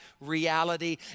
reality